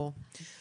ברור.